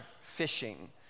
fishing